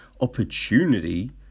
opportunity